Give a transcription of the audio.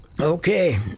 okay